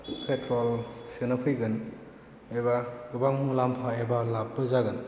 petrol सोनो फैगोन एबा गोबां मुलाम्फा एबा लाबबो जागोन